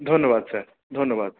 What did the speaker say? ধন্যবাদ স্যার ধন্যবাদ